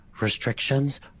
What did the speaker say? restrictions